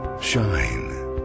shine